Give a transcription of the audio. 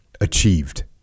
achieved